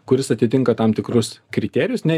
kuris atitinka tam tikrus kriterijus nei